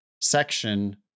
section